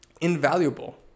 invaluable